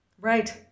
Right